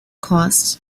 costs